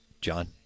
John